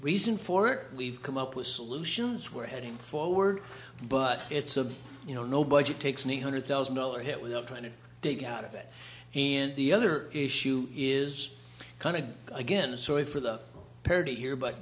reason for it we've come up with solutions where heading forward but it's a you know no budget takes me a hundred thousand dollar hit without trying to dig out of it and the other issue is kind of again sorry for the parity